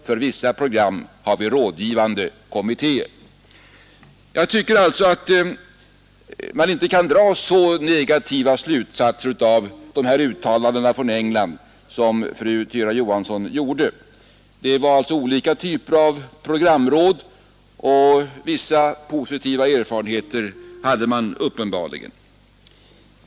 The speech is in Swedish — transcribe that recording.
För vissa program har vi rådgivande kommittéer.” Jag tycker alltså att man inte kan dra så negativa slutsatser av dessa uttalanden från England som fru Tyra Johansson gjorde. Det fanns olika typer av programråd, och vissa positiva erfarenheter hade man uppenbarligen.